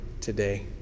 today